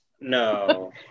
No